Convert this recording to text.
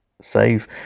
save